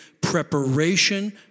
Preparation